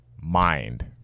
mind